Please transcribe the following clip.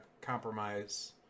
compromise